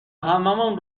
هممون